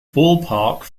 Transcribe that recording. ballpark